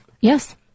Yes